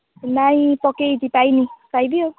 ନାଇଁ ପକାଇଛି ପାଇନି ପାଇବି ଆଉ